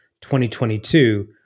2022